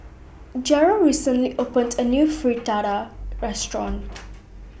Jerrell recently opened A New Fritada Restaurant